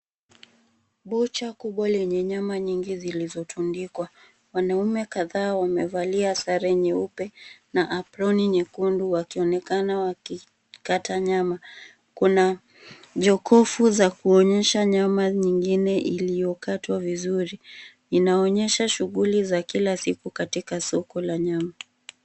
Bucha kubwa lenye nyama nyingi zilizotundikwa, wanaume kadhaa wamevalia sare nyeupe na aproni nyekundu wakionekana wakikata nyama. Kuna jokofu za kuonyesha nyama nyingine iliyokatwa vizuri. Inaonyesha shughuli za kila siku, katika soko la nyama.